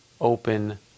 open